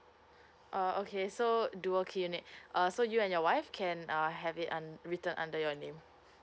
oh okay so dual key unit uh so you and your wife can uh have it un~ written under your name